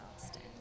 Austin